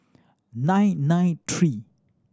nine nine three